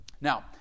Now